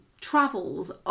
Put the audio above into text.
travels